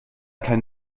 kein